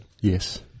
yes